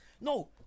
No